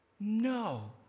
no